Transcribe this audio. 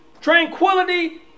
tranquility